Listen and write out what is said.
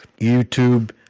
youtube